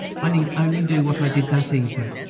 i need only do what i did that evening.